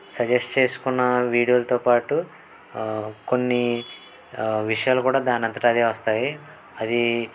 suggest చేసుకున్నా వీడియోలతో పాటు కొన్ని విషయాలు కూడా దానంతటదే వస్తాయి అదీ